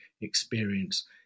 experience